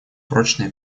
прочная